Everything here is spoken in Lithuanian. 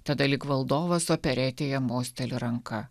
tada lyg valdovas operetėje mosteli ranka